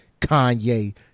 Kanye